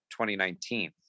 2019